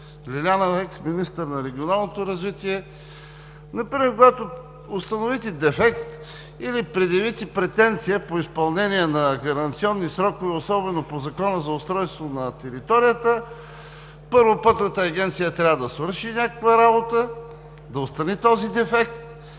Лиляна е ексминистър на Регионалното развитие. Например, когато установите дефект или предявите претенция по изпълнение на гаранционни срокове особено по Закона за устройството на територията, първо, „Пътната агенция“ трябва да свърши някаква работа, да отстрани този дефект,